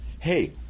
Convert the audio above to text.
hey